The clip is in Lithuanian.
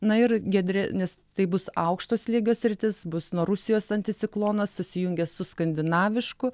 na ir giedre nis tai bus aukšto slėgio sritis bus nuo rusijos anticiklonas susijungęs su skandinavišku